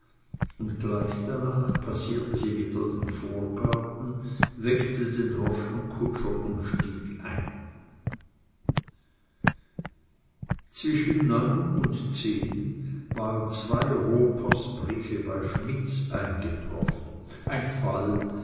und gleich danach passierte sie wieder den vorgarten weckte den droschkenkutscher und stieg ein zwischen neun und zehn waren zwei rohrpostbriefe bei schmidts eingetroffen ein fall